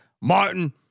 Martin